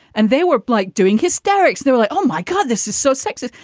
and they were like doing hysterics. they were like, oh, my god, this is so sexist.